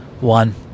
one